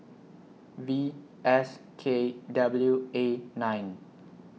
V S K W A nine